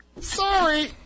Sorry